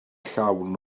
llawn